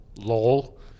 Lol